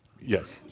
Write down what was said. Yes